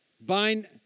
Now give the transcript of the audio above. bind